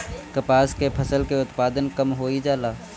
कपास के फसल के उत्पादन कम होइ जाला?